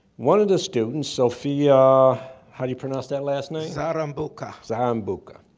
one of the students, sofia how do you pronounce that last night? zarambouka. zarambouka.